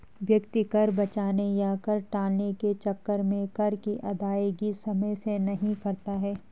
व्यक्ति कर बचाने या कर टालने के चक्कर में कर की अदायगी समय से नहीं करता है